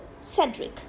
cedric